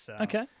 Okay